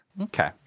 Okay